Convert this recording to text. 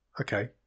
Okay